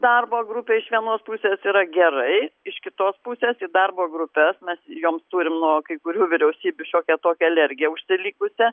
darbo grupė iš vienos pusės yra gerai iš kitos pusės į darbo grupes mes joms turim nuo kai kurių vyriausybių šiokią tokią alergiją užsilikusią